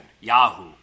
Yahoo